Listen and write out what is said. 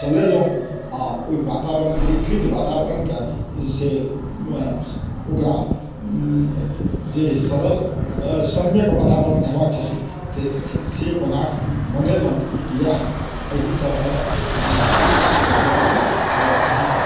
चलेलहुँ आओर ओहि वातावरणके विपरीत वातावरणके सेमे ओकरा जे सरल सम्यक वातावरण हेबाक चाही से बनेलहुँ इएह एहि तरहेँ हम ओकरा सम्हारलहुँ आओर एहि